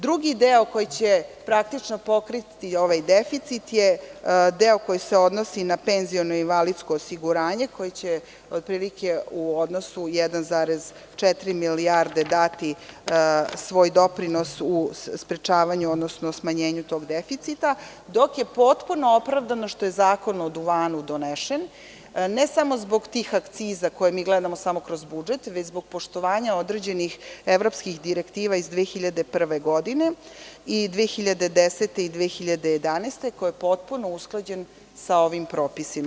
Drugi deo koji će praktično pokriti ovaj deficit je deo koji se odnosi na penziono i invalidsko osiguranje koji je otprilike u odnosu 1,4 milijarde dati svoj doprinos u sprečavanju, odnosno smanjenju tog deficita, dok je potpuno opravdano što je Zakon o duvanu donesen ne samo zbog tih akciza koje mi gledamo samo kroz budžet, već zbog poštovanja određenih evropskih direktiva iz 2001. godine i 2010. i 2011. godine koji je potpuno usklađen sa ovim propisima.